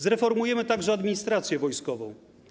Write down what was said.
Zreformujemy także administrację wojskową.